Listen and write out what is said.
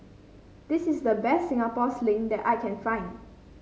this is the best Singapore Sling that I can find